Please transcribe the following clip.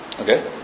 Okay